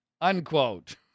unquote